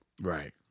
Right